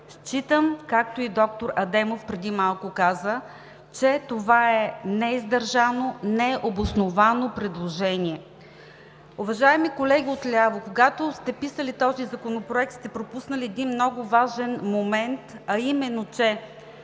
Считам, както и доктор Адемов преди малко каза, че това е неиздържано, необосновано предложение. Уважаеми колега отляво, когато сте писали този законопроект, сте пропуснали един много важен момент, а именно че